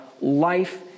life